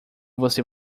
você